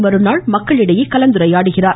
தமது நாளை மக்களிடையே கலந்துரையாடுகிறார்